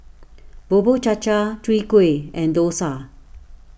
Bubur Cha Cha Chwee Kueh and Dosa